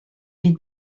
est